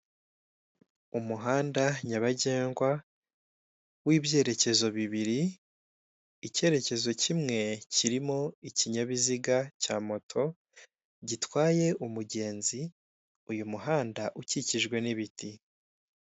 Umuhanda nyabagendwa w'ibyerekezo bibiri, ikerekezo kimwe kirimo ikinyabiziga cya moto, gitwaye umugenzi, uyu muhanda ukikijwe n' ibiti.